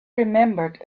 remembered